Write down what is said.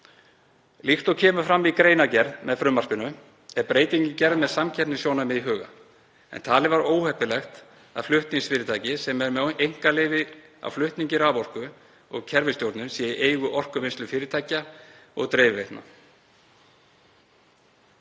Líkt og kemur fram í greinargerð með frumvarpinu er breytingin gerð með samkeppnissjónarmið í huga en talið var óheppilegt að flutningsfyrirtækið, sem er með einkaleyfi á flutningi raforku og kerfisstjórnun, sé í eigu orkuvinnslufyrirtækja og dreifiveitna.